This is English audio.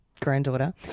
granddaughter